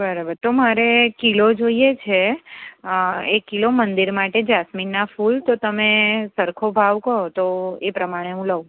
બરાબર તો મારે કિલો જોઈએ છે એક કિલો મંદિર માટે જાસમીનના ફૂલ તો તમે સરખો ભાવ કહો તો એ પ્રમાણે હું લઉં